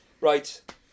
Right